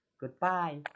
Goodbye